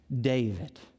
David